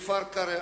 בכפר-קרע,